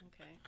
Okay